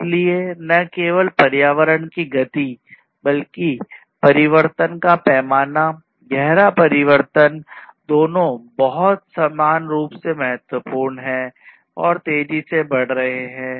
इसलिए न केवल परिवर्तन की गति बल्कि परिवर्तन का पैमाना गहरा परिवर्तन दोनों बहुत समान रूप से महत्वपूर्ण हैं और तेजी से बढ़ रहे हैं